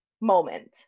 moment